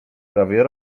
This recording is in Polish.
prawe